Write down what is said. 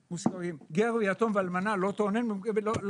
גר, יתום ואלמנה לא תענו.